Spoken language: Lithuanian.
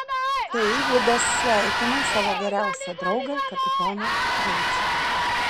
tai vidas sveikina savo geriausią draugą kapitoną gaučį